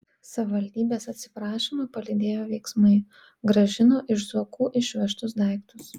savivaldybės atsiprašymą palydėjo veiksmai grąžino iš zuokų išvežtus daiktus